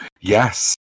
Yes